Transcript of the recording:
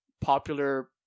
popular